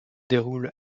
déroule